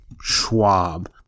Schwab